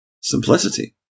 simplicity